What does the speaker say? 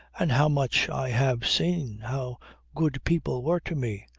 and how much i have seen! how good people were to me!